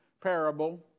parable